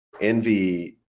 Envy